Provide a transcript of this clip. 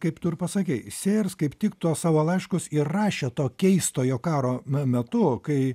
kaip tu ir pasakei sėjers kaip tik tuos savo laiškus ir rašė to keistojo karo metu kai